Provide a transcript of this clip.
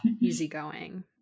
easygoing